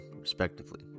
respectively